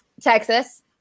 Texas